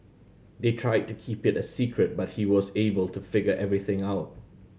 they tried to keep it a secret but he was able to figure everything out